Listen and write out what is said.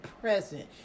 present